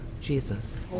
Jesus